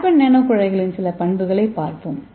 carbon நானோகுழாய்களின் சில பண்புகளைப் பார்ப்போம்